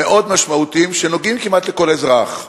מאוד משמעותיים שנוגעים כמעט לכל אזרח.